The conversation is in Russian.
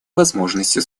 возможности